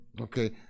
Okay